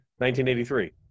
1983